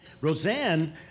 Roseanne